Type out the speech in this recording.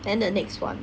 then the next one